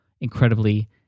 incredibly